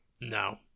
No